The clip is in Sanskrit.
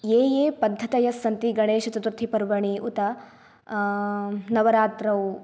ये ये पद्धतयः सन्ति गणेशचतुर्थिपर्वणि उत नवरात्रौ